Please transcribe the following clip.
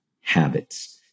habits